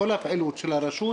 כל הפעילות של הרשות,